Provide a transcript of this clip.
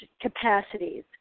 capacities